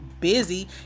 busy